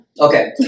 Okay